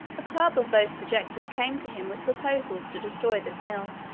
a club of those projectors came to him with proposals to destroy this mill,